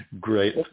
Great